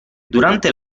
durante